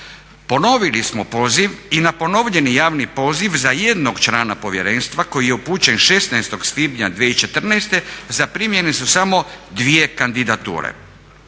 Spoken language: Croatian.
Ponovili smo poziv i na ponovljeni javni poziv za 1 člana povjerenstva koji je upućen 16. svibnja 2014. zaprimljene su samo 2 kandidature.